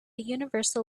universal